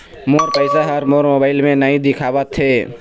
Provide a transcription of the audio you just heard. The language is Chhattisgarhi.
मोर पैसा ह मोर मोबाइल में नाई दिखावथे